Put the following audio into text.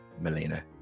Melina